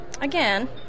Again